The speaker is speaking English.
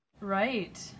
Right